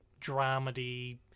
dramedy